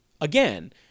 again